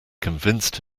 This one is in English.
convinced